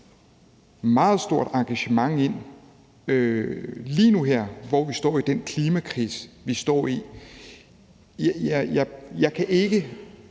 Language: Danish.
meget stort engagement ind lige nu her, hvor vi står i den klimakrise, vi står i, kan jeg ikke